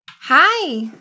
Hi